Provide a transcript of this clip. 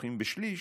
שזוכים בשליש,